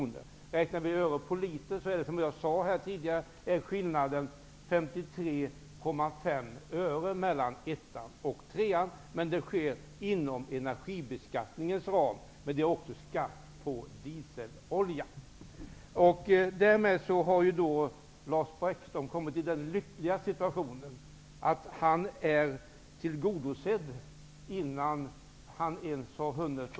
Om vi räknar i liter är skillnaden, som jag sade tidigare, 53,5 öre mellan miljöklass 1 och 3. Det sker inom energibeskattningens ram, men det är också skatt på dieselolja. Därmed har Lars Bäckström kommit i den lyckliga situationen att hans krav är tillgodosett, innan något nytt beslut ens har fattats.